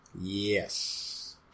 Yes